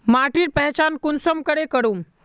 माटिर पहचान कुंसम करे करूम?